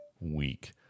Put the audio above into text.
week